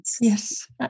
Yes